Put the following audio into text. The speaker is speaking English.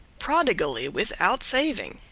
prodigally, without saving,